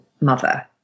mother